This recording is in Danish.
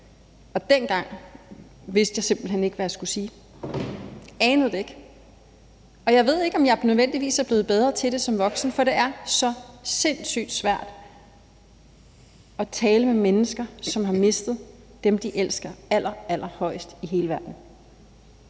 og dengang vidste jeg simpelt hen ikke, hvad jeg skulle sige. Jeg anede det ikke, og jeg ved ikke, om jeg nødvendigvis er blevet bedre til det som voksen, for det er så sindssygt svært at tale med mennesker, som har mistet dem, de elsker aller allerhøjst i hele verden.